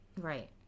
Right